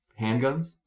handguns